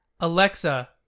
Alexa